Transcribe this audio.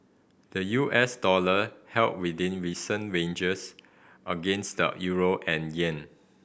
the U S dollar held within recent ranges against the euro and yen